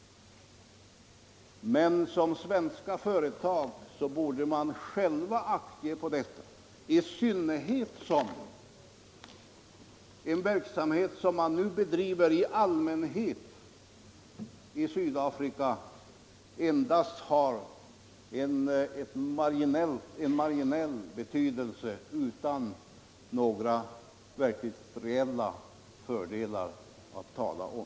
Men de svenska företagen borde själva ge akt på hur de bedriver sin affärsverksamhet i dessa länder, i synnerhet som deras verksamhet i allmänhet endast har en marginell betydelse utan några reella fördelar att tala om.